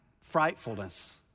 frightfulness